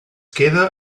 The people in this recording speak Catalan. queda